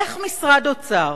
איך משרד אוצר,